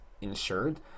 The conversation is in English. insured